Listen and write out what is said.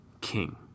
King